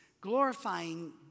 glorifying